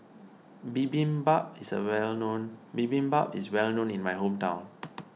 Bibimbap is a well known Bibimbap is well known in my hometown